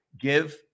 give